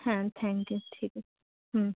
হ্যাঁ thank you ঠিক আছে হুম